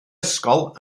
ysgol